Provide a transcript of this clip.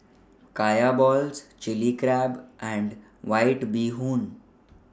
Kaya Balls Chilli Crab and White Bee Hoon